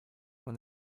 when